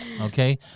Okay